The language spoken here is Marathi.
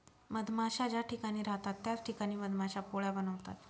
मधमाश्या ज्या ठिकाणी राहतात त्याच ठिकाणी मधमाश्या पोळ्या बनवतात